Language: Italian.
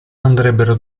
andrebbero